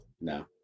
No